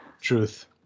truth